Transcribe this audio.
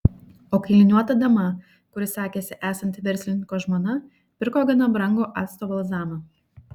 o kailiniuota dama kuri sakėsi esanti verslininko žmona pirko gana brangų acto balzamą